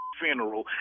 funeral